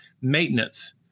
maintenance